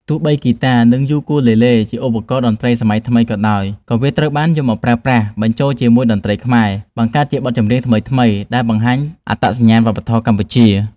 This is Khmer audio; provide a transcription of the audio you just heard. ទោះបីហ្គីតា និងយូគូលេលេជាឧបករណ៍តន្ត្រីសម័យថ្មីក៏ដោយ ក៏វាត្រូវបានយកមកប្រើប្រាស់បញ្ចូលជាមួយតន្ត្រីខ្មែរ បង្កើតជាបទចម្រៀងថ្មីៗ ដែលបង្ហាញអត្តសញ្ញាណវប្បធម៌កម្ពុជា។